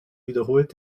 wiederholt